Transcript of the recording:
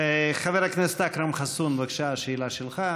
חבר הכנסת אכרם חסון, בבקשה, השאלה שלך.